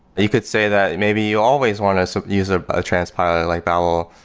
you could say that maybe you always want to so use ah a transpiler like babel,